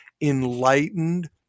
enlightened